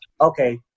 Okay